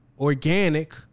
organic